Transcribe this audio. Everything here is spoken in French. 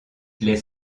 les